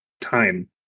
time